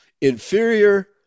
inferior